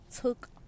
took